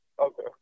Okay